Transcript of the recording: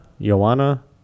Joanna